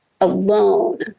alone